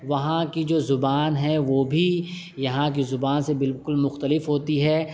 وہاں کی جو زبان ہے وہ بھی یہاں کی زبان سے بالکل مختلف ہوتی ہے